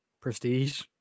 Prestige